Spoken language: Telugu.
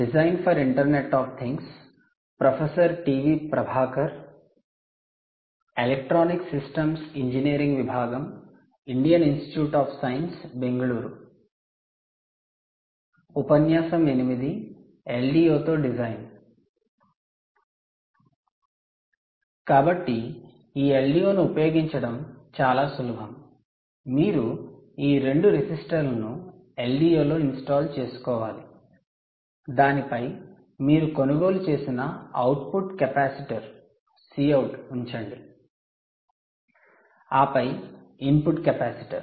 కాబట్టి ఈ LDO ను ఉపయోగించడం చాలా సులభం మీరు ఈ 2 రెసిస్టర్లను LDO లో ఇన్స్టాల్ చేసుకోవాలి దానిపై మీరు కొనుగోలు చేసిన అవుట్పుట్ కెపాసిటర్ Cout ఉంచండి ఆపై ఇన్పుట్ కెపాసిటర్